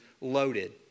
loaded